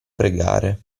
pregare